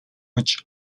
which